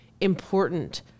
important